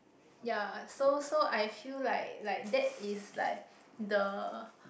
ya so so I feel like like that is like the